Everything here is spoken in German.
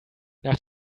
nach